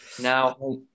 Now